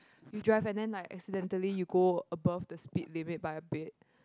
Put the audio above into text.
you drive and then like accidentally you go above the speed limit by a bit